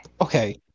Okay